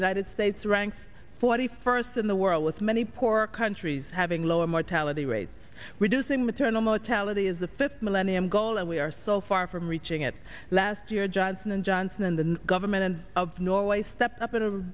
united states ranks forty first in the world with many poor countries having lower mortality rates reducing maternal mortality is the fifth millennium goal and we are so far from reaching it last year johnson and johnson and the government of norway stepped up in a